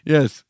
Yes